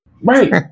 Right